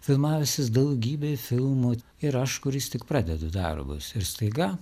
filmavęsis daugybėj filmų ir aš kuris tik pradedu darbus ir staiga